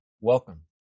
Welcome